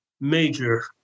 major